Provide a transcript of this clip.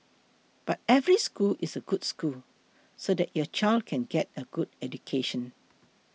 but every school is a good school so that your child can get a good education